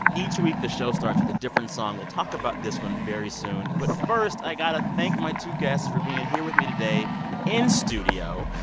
each week, the show starts with a different song. we'll talk about this one very soon. but first, i got to thank my two guests for being here with me today in studio.